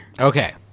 okay